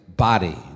body